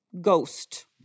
ghost